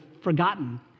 forgotten